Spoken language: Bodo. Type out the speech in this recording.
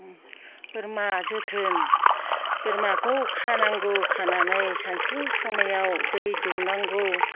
बोरमा जोथोन बोरमाखौ खानांगौ खानानै सानसु समाव दै दौनांगौ